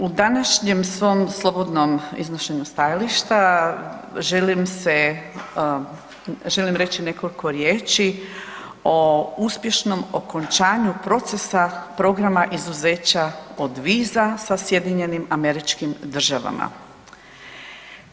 U današnjem svom slobodnom iznošenju stajališta želim se, želim reći nekoliko riječi o uspješnom okončanju procesa programa izuzeća od viza sa SAD-om.